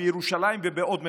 בירושלים ובעוד מקומות?